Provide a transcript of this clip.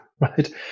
right